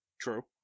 True